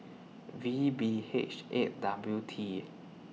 V B H eight W T